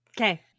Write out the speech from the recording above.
Okay